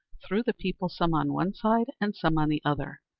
threw the people some on one side and some on the other,